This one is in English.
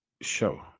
show